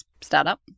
startup